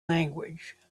language